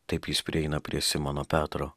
taip jis prieina prie simono petro